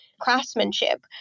craftsmanship